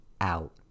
out